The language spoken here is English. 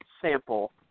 sample